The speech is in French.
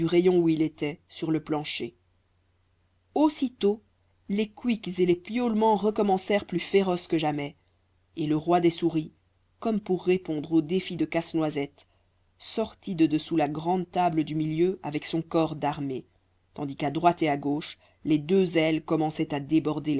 rayon où il était sur le plancher aussitôt les couics et les piaulements recommencèrent plus féroces que jamais et le roi des souris comme pour répondre au défi de casse-noisette sortit de dessous la grande table du milieu avec son corps d'armée tandis qu'à droite et à gauche les deux ailes commençaient à déborder